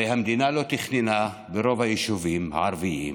הרי המדינה לא תכננה ברוב הישובים הערביים,